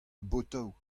botoù